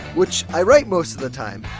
which i write most of the time.